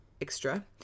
Extra